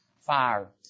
fire